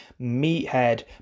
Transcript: meathead